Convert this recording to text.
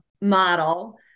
model